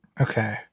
Okay